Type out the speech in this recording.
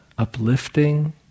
Uplifting